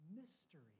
mystery